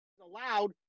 allowed